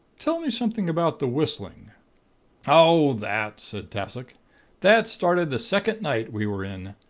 tell me something about the whistling oh, that said tassoc that started the second night we were in.